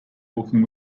walking